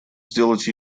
сделать